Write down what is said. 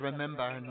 Remember